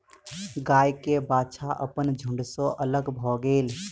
गाय के बाछा अपन झुण्ड सॅ अलग भअ गेल